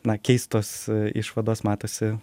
na keistos išvados matosi